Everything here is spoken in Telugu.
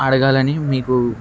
అడగాలని మీకు